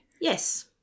Yes